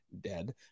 dead